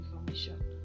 information